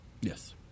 Yes